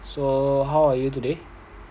so how are you today